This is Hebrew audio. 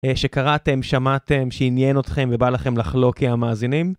שקראתם, שמעתם, שעניין אתכם ובא לכם לחלוק עם המאזינים.